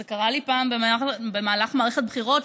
זה קרה לי פעם במהלך מערכת בחירות,